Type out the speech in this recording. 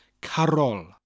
Carol